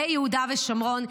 ביהודה ושומרון,